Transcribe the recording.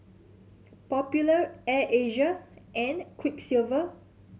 Popular Air Asia and Quiksilver